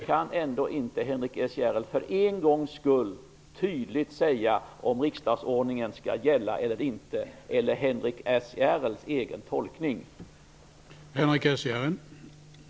Kan inte Henrik S Järrel för en gång skull tydligt säga om riksdagsordningen skall gälla eller inte eller om det är Henrik S Järrels egen tolkning som skall gälla?